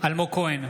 אלמוג כהן,